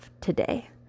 today